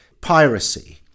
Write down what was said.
piracy